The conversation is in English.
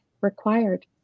required